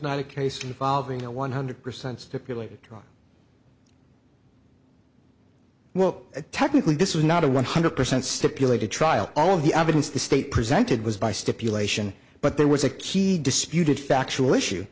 not a case involving a one hundred percent stipulated well technically this was not a one hundred percent stipulated trial all of the evidence the state presented was by stipulation but there was a key disputed factual issue